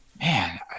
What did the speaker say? man